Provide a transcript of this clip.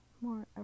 more